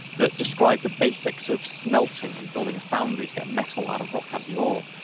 that describe the basics of smelting and building a foundry to get metal out of rock, out of the ore.